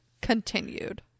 continued